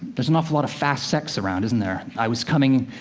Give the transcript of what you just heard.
there's an awful lot of fast sex around, isn't there? i was coming